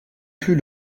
plus